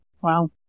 Wow